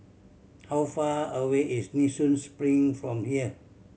how far away is Nee Soon Spring from here